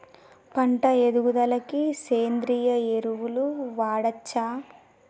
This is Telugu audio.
పంట ఎదుగుదలకి సేంద్రీయ ఎరువులు వాడచ్చా?